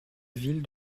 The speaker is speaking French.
ville